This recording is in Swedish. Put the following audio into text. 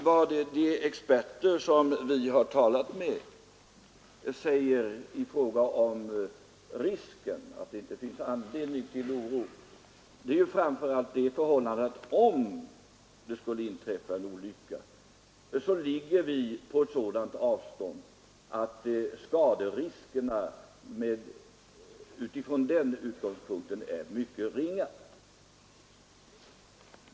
Vad de experter som vi har talat med säger i fråga om riskerna — att det inte skulle finnas anledning till oro — är framför allt att om det skulle inträffa en olycka så ligger vårt land på ett sådant avstånd att skaderiskerna från den är mycket ringa.